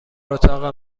اتاق